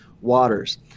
waters